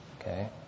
okay